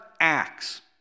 acts